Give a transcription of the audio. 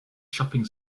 shopping